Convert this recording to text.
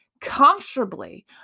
comfortably